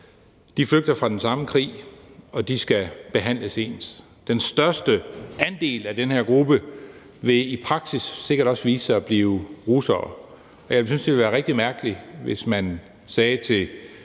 De flygter fra den samme krig, og de skal behandles ens. Den største andel af den her gruppe vil i praksis sikkert også vise sig at blive russere, og jeg ville synes, det ville være rigtig mærkeligt, hvis man sagde til